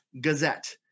Gazette